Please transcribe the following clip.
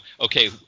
okay